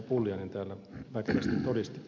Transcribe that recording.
pulliainen täällä väkevästi todisti